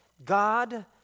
God